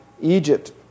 Egypt